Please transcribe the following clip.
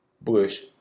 Bush